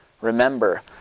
Remember